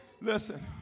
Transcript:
listen